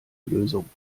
lösung